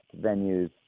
venues